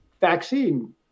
vaccine